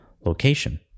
location